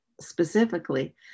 specifically